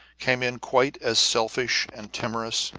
came in quite as selfish and timorous,